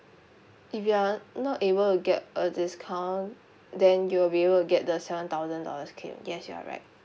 if you are not able to get a discount then you will be able to get the seven thousand dollars claim yes you are right